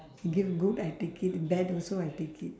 give good I take it bad also I take it